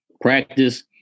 practice